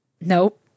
Nope